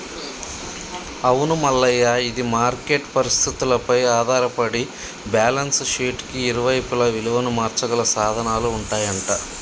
అవును మల్లయ్య ఇది మార్కెట్ పరిస్థితులపై ఆధారపడి బ్యాలెన్స్ షీట్ కి ఇరువైపులా విలువను మార్చగల సాధనాలు ఉంటాయంట